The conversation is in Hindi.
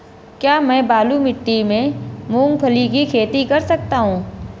क्या मैं बालू मिट्टी में मूंगफली की खेती कर सकता हूँ?